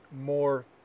more